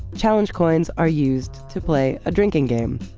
challenge coins are used to play a drinking game.